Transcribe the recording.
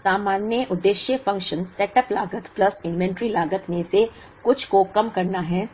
अब सामान्य उद्देश्य फ़ंक्शन सेटअप लागत प्लस इन्वेंट्री लागत में से कुछ को कम करना है